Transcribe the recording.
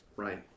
right